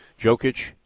jokic